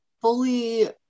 fully